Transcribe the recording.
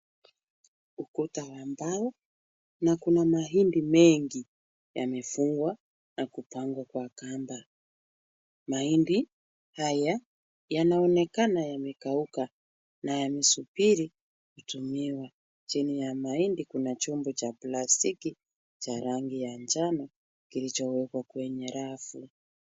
Ukuta wa mbao na kuna mahindi mengi yafungwa na kupangwa kwa kamba, mahindi haya yanaonekana yamekauka na yanasubiri kutumiwa, chini ya mahindi kuna chombo cha plastiki cha rangi ya njano kilichowekwa kwenye rafu.